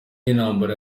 y’intambara